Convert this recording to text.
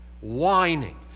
whining